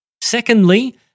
Secondly